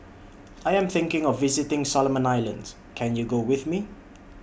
I Am thinking of visiting Solomon Islands Can YOU Go with Me